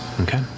Okay